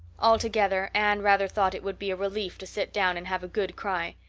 altogether, anne rather thought it would be a relief to sit down and have a good cry.